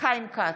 חיים כץ,